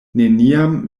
neniam